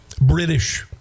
British